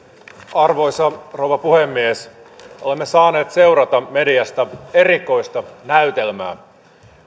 arvoisa rouva puhemies olemme saaneet seurata mediasta erikoista näytelmää